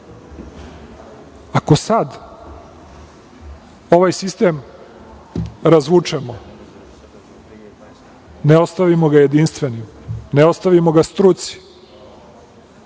ako sad ovaj sistem razvučemo, ne ostavimo ga jedinstvenim, ne ostavimo struci